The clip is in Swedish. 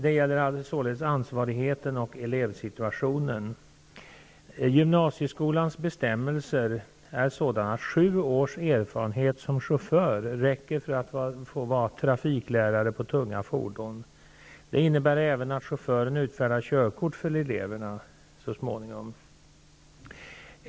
Det gäller således ansvarigheten och elevsituationen. Gymnasieskolans bestämmelser är sådana att sju års erfarenhet räcker för att en chaufför skall få vara trafiklärare för tunga fordon. Det innebär även att chauffören utfärdar körkort för eleverna.